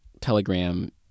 Telegram